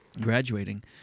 graduating